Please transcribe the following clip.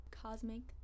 cosmic